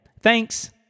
Thanks